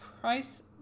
price